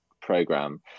program